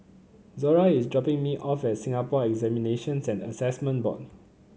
Zora is dropping me off at Singapore Examinations and Assessment Board